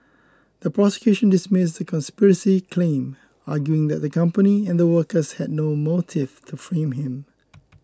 the prosecution dismissed the conspiracy claim arguing that the company and workers had no motive to frame him